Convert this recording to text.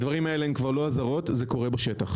הדברים האלה הם כבר לא אזהרות, זה קורה בשטח.